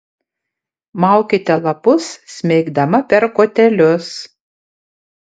maukite lapus smeigdama per kotelius